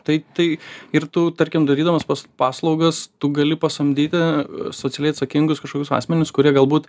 tai tai ir tu tarkim darydamas tas paslaugas tu gali pasamdyti socialiai atsakingus kažkokius asmenis kurie galbūt